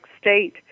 state